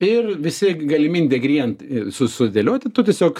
ir visi galimi indegrientai su sudėlioti tu tiesiog